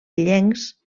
illencs